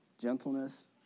gentleness